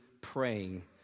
praying